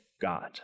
God